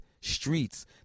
streets